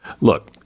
Look